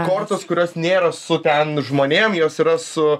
kortos kurios nėra su ten žmonėm jos yra su